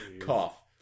cough